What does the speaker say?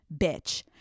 bitch